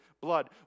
blood